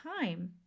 time